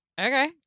Okay